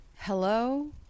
Hello